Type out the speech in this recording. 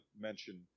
mention